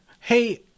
hey